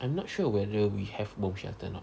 I'm not sure whether we have bomb shelter or not